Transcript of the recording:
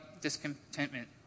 discontentment